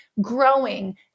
growing